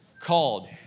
called